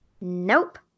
Nope